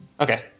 Okay